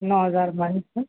नौ हज़ार बाईस सर